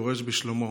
דורש בשלומו.